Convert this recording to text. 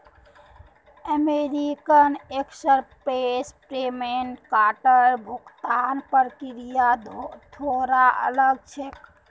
American Express prepaid कार्डेर भुगतान प्रक्रिया थोरा अलग छेक